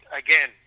again